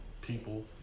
people